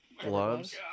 gloves